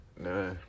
Nah